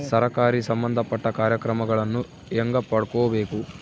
ಸರಕಾರಿ ಸಂಬಂಧಪಟ್ಟ ಕಾರ್ಯಕ್ರಮಗಳನ್ನು ಹೆಂಗ ಪಡ್ಕೊಬೇಕು?